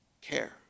care